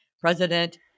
president